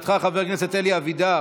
לשאלתך, חבר הכנסת אלי אבידר,